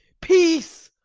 peace!